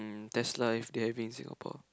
that's life they having in Singapore